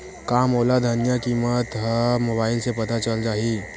का मोला धनिया किमत ह मुबाइल से पता चल जाही का?